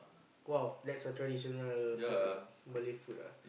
!wow! that's a traditional food ah Malay food ah